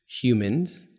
humans